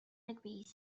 agrees